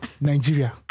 Nigeria